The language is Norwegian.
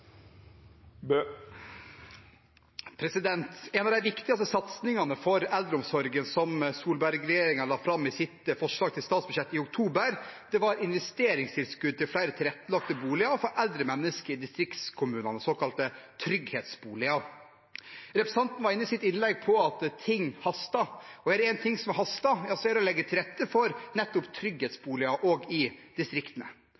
eldreomsorgen i sitt forslag til statsbudsjett i oktober, var investeringstilskudd til flere tilrettelagte boliger for eldre mennesker i distriktskommunene, såkalte trygghetsboliger. Representanten var i sitt innlegg inne på at ting hastet, og er det én ting som haster, er det å legge til rette for nettopp